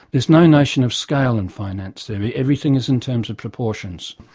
there's no notion of scale in finance theory, everything is in terms of proportions.